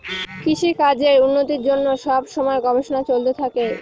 কৃষিকাজের উন্নতির জন্য সব সময় গবেষণা চলতে থাকে